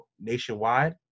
nationwide